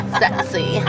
sexy